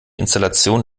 installation